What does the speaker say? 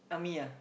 army ah